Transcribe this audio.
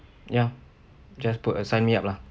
ya just put uh sign me up lah